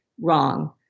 Wrong